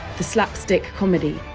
the slapstick comedy,